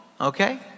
okay